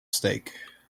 stake